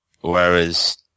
Whereas